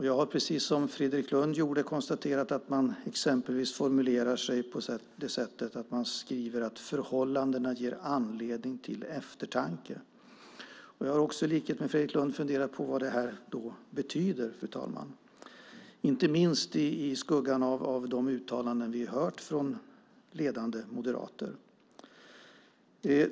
Jag har, precis som Fredrik Lundh, konstaterat att man exempelvis skriver att förhållandena ger anledning till eftertanke. Jag har, i likhet med Fredrik Lundh, funderat på vad det betyder, inte minst i skuggan av de uttalanden vi har hört från ledande moderater.